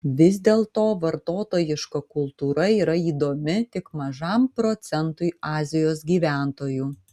vis dėlto vartotojiška kultūra yra įdomi tik mažam procentui azijos gyventojų